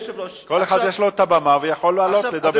כל אחד יש לו במה והוא יכול לעלות לדבר.